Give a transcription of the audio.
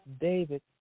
David